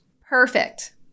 Perfect